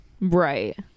right